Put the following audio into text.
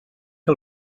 que